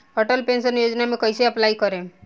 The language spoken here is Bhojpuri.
अटल पेंशन योजना मे कैसे अप्लाई करेम?